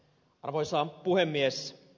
arvoisa puhemies